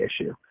issue